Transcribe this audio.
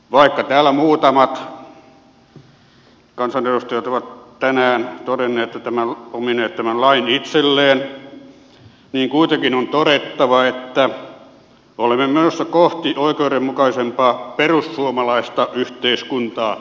vaikka täällä muutamat kansanedustajat ovat tänään omineet tämän lain itselleen niin kuitenkin on todettava että olemme menossa kohti oikeudenmukaisempaa perussuomalaista yhteiskuntaa